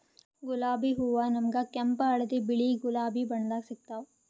ಗುಲಾಬಿ ಹೂವಾ ನಮ್ಗ್ ಕೆಂಪ್ ಹಳ್ದಿ ಬಿಳಿ ಗುಲಾಬಿ ಬಣ್ಣದಾಗ್ ಸಿಗ್ತಾವ್